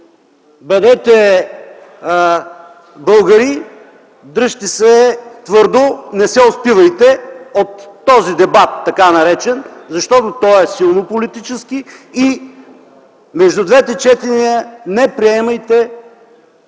бъдете българи, дръжте се твърдо! Не се успивайте от този така наречен дебат, защото той е силно политически. Между двете четения не приемайте